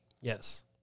Yes